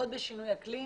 עוד בשינוי אקלים.